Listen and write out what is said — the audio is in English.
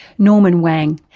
norman wang.